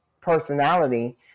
personality